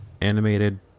animated